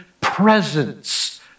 presence